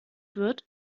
wird